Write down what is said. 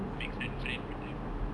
make friend friend with you know